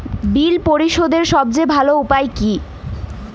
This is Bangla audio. বিল পরিশোধের সবচেয়ে ভালো উপায় কী?